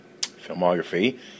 filmography